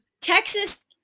Texas